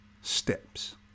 steps